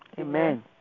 Amen